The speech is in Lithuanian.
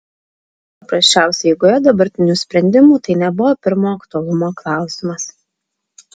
paprasčiausiai eigoje dabartinių sprendimų tai nebuvo pirmo aktualumo klausimas